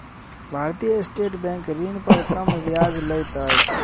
भारतीय state bank ऋण पर कम ब्याज लैत अछि